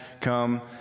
come